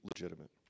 legitimate